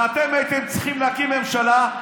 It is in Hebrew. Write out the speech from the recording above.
ואתם הייתם צריכים להקים ממשלה,